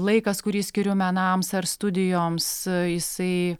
laikas kurį skiriu menams ar studijoms jisai